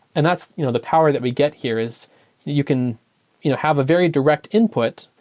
and that's you know the power that we get here, is you can you know have a very direct input,